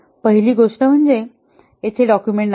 पहिली गोष्ट म्हणजे येथे डॉक्युमेंट नाहीत